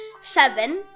seven